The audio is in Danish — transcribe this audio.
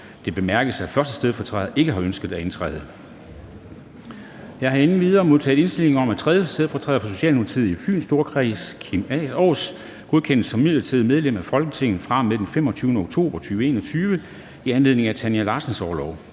Det bemærkes, at 1. stedfortræder ikke har ønsket at indtræde. Jeg har endvidere modtaget indstilling om, at 3. stedfortræder for Socialdemokratiet i Fyns Storkreds, Kim Aas, godkendes som midlertidigt medlem af Folketinget fra og med den 25. oktober 2021, i anledning af Tanja Larssons orlov.